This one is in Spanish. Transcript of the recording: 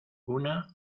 una